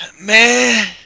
man